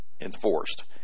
enforced